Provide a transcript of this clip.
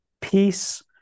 peace